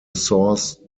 source